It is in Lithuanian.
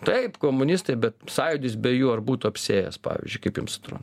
taip komunistai bet sąjūdis be jų ar būtų apsiėjęs pavyzdžiui kaip jums atrodo